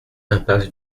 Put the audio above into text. impasse